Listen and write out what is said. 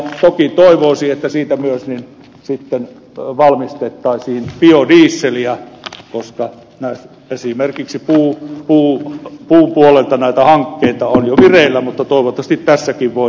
toki toivoisi että siitä myös valmistettaisiin biodieseliä koska esimerkiksi puun puolelta näitä hankkeita on jo vireillä mutta toivottavasti tässäkin voidaan edetä